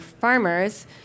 farmers